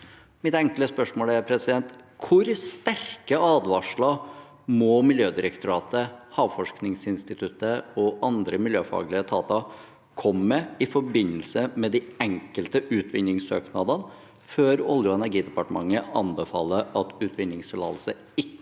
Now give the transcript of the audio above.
Mitt enkle spørsmål er: Hvor sterke advarsler må Miljødirektoratet, Havforskningsinstituttet og andre miljøfaglige etater komme med i forbindelse med de enkelte utvinningssøknadene før Energidepartementet anbefaler at utvinningstillatelse ikke